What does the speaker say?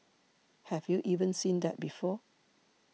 have you even seen that before